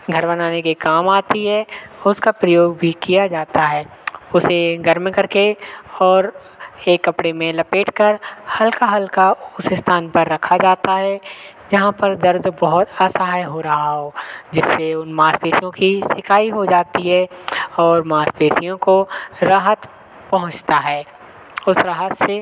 घर बनाने के काम आती है उसका प्रयोग भी किया जाता है उसे गर्म करके और एक कपड़े में लपेटकर हल्का हल्का उस स्थान पर रखा जाता है जहाँ पर दर्द बहुत असहाय हो रहा हो जिससे उन मांसपेशियों की सिकाई हो जाती है और मांसपेशियों को राहत पहुँचता है उस राहत से